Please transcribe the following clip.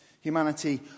Humanity